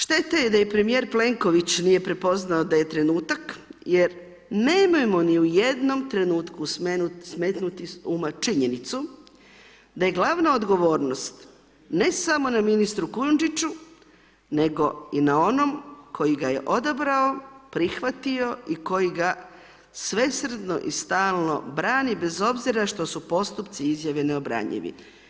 Šteta je da i premijer Plenković nije prepoznao da je trenutak jer nemojmo ni u jednom trenutku smetnuti s uma činjenicu da je glavna odgovornost ne samo na ministru Kujundžiću nego i na onom koji ga je odabrao, prihvatio i koji ga svesrdno i stalno brani bez obzira što su postupci i izjave neobranjivi.